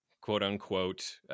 quote-unquote